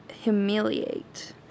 humiliate